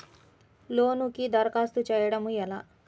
లోనుకి దరఖాస్తు చేయడము ఎలా?